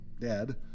dead